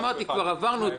כבר עברנו את זה.